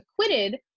acquitted